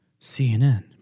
CNN